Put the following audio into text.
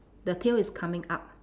the tail is coming up